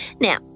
Now